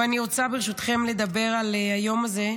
אבל אני רוצה ברשותכם לדבר על היום הזה,